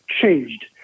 changed